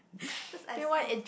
cause I small